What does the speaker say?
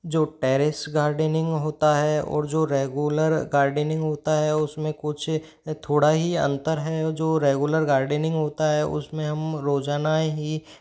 जो terrace gardening होता है और जो रेगुलर गार्डनिंग होता है उसमें कुछ थोड़ा ही अंतर है जो रेगुलर गार्डनिंग होता है उसमें हम रोजाना ही